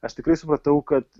aš tikrai supratau kad